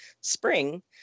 spring